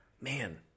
man